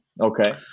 Okay